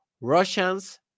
Russians